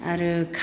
आरो खा